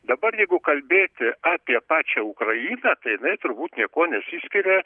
dabar jeigu kalbėti apie pačią ukrainą tai jinai turbūt niekuo nesiskiria